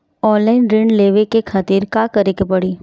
Online ऋण लेवे के खातिर का करे के पड़ी?